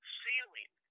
ceiling